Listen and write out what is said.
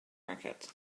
market